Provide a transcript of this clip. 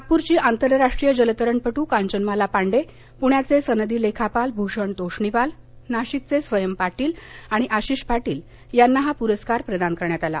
नागप्रची आंतरराष्ट्रीय जलतरणपट्र कांचनमाला पांडे पुण्याचे सनदी लेखापाल भूषण तोष्णीवाल नाशिकघे स्वयं पाटील आणि आशिष पाटील यांना हा पुरस्कार प्रदान करण्यात आला